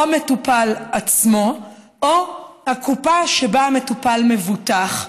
או המטופל עצמו או הקופה שבה המטופל מבוטח.